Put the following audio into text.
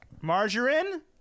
margarine